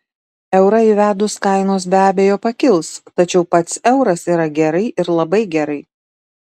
eurą įvedus kainos be abejo pakils tačiau pats euras yra gerai ir labai gerai